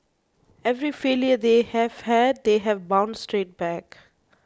every failure they have had they have bounced straight back